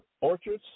orchards